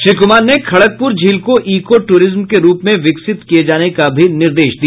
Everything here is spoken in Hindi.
श्री कुमार ने खड़गपुर झील को इको ट्ररिज्म के रूप में विकसित किये जाने का भी निर्देश दिया